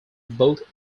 both